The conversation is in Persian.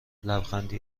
لبخندی